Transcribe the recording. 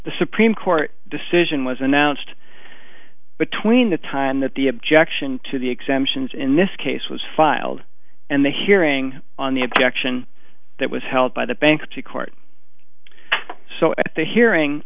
the supreme court decision was announced between the time that the objection to the exemptions in this case was filed and the hearing on the objection that was held by the bankruptcy court so the hearing